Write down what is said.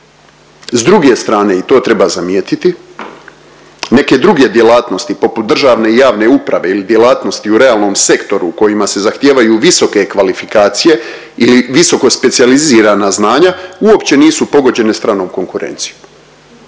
S druge strane i to treba zamijetiti neke druge djelatnosti poput državne i javne uprave ili djelatnosti u realnom sektoru u kojima se zahtijevaju visoke kvalifikacije ili visoko specijalizirana znanja uopće nisu pogođene stranom konkurencijom.